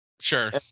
Sure